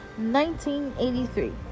1983